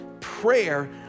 Prayer